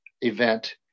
event